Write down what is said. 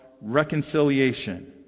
reconciliation